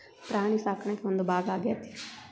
ಪ್ರಾಣಿ ಸಾಕಾಣಿಕೆಯ ಒಂದು ಭಾಗಾ ಆಗೆತಿ